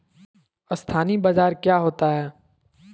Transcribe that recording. अस्थानी बाजार क्या होता है?